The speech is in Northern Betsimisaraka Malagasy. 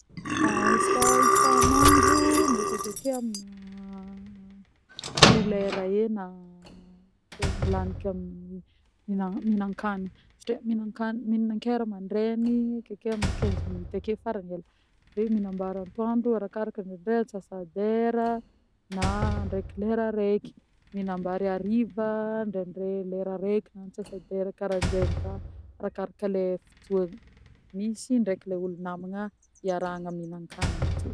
izy koà isanandro mety akeke amina ndrendre aroa lera eo na zegny laniko amin'ny mina-minakanigny satria minan-kanigny minagnan-kera amandreny akeke amin'ny dimy ambifôlo minitra akeo ny farany ela avy eo minam-bary atoandro arakarakany ndraindray antsasa-dera na ndreky lera reky, minam-bary hariva ndreky lera reky na antsasa-dera karan'zegny koa arakaraka an'le fotoagna, misy ndreky le olo namagna hiarahana minan-kanigny ake.